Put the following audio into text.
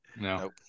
No